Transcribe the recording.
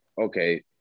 okay